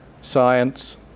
science